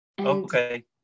Okay